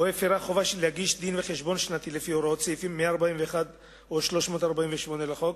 חובה להגיש דין-וחשבון שנתי לפי הוראות סעיפים 141 או 348 לחוק,